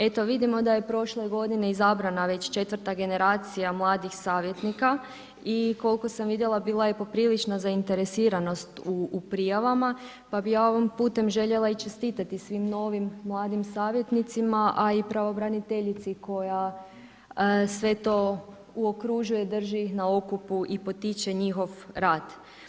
Eto vidimo da je prošle godine izabrana već četvrta generacija mladih savjetnika i koliko sam vidjela bila je poprilična zainteresiranost u prijavama pa bi ja ovim putem željela i čestitati svim novim mladim savjetnicima, a i pravobraniteljici koja sve to uokružuje, drži na okupu i potiče njihov rad.